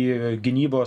į gynybos